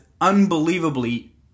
unbelievably